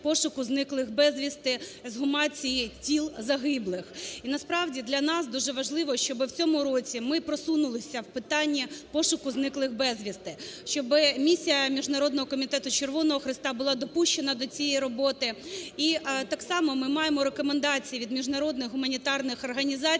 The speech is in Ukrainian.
пошуку зниклих безвісти, ексгумації тіл загиблих. І, насправді, для нас дуже важливо, щоби в цьому році ми просунулися в питанні пошуку зниклих безвісти, щоби Місія Міжнародного комітету Червоного Хреста була допущена до цієї роботи. І так само ми маємо рекомендації від міжнародних гуманітарних організацій,